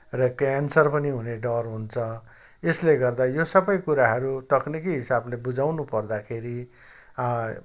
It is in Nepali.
र क्यान्सर पनि हुने डर हुन्छ यसले गर्दा यो सबै कुराहरू तकनिकी हिसाबले बुझाउन पर्दाखेरि